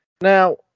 Now